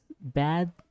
bad